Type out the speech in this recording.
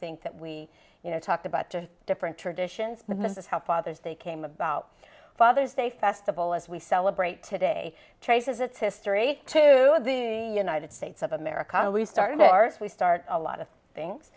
think that we you know talked about the different traditions because of how father's day came about father's day festival as we celebrate today traces its history to the united states of america we started ours we start a lot of things